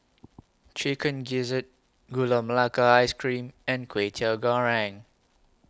Chicken Gizzard Gula Melaka Ice Cream and Kway Teow Goreng